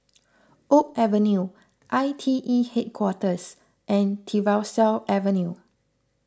Oak Avenue I T E Headquarters and Tyersall Avenue